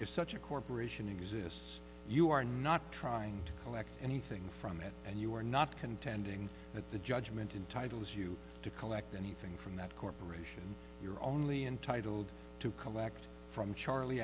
is such a corporation exists you are not trying to collect anything from it and you are not contending at the judgment in titles you to collect anything from that corporation your only intitled to collect from charlie